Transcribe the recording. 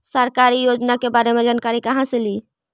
सरकारी योजना के बारे मे जानकारी कहा से ली?